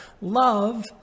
Love